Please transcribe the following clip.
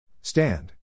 Stand